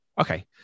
Okay